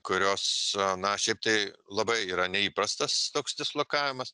kurios na šiaip tai labai yra neįprastas toks dislokavimas